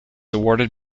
awarded